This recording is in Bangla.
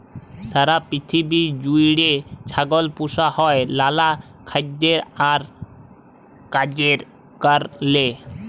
সারা পিথিবী জুইড়ে ছাগল পুসা হ্যয় লালা খাইদ্য আর কাজের কারলে